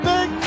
Big